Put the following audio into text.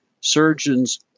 surgeons